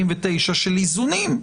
של איזונים,